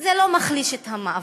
זה לא מחליש את המאבק,